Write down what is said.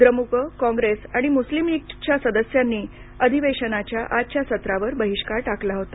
द्रमुक कॉप्रैस आणि मुस्लीम लीगच्या सदस्यांनी अधिवेशनाच्या आजच्या सत्रावर बहिष्कार टाकला होता